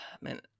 man